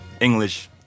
English